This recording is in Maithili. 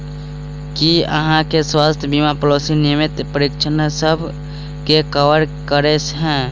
की अहाँ केँ स्वास्थ्य बीमा पॉलिसी नियमित परीक्षणसभ केँ कवर करे है?